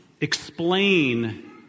explain